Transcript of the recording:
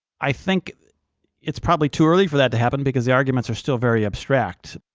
i think it's probably too early for that to happen, because the arguments are still very abstract.